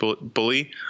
bully